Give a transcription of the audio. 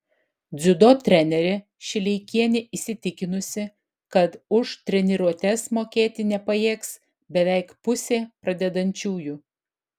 dziudo trenerė šileikienė įsitikinusi kad už treniruotes mokėti nepajėgs beveik pusė pradedančiųjų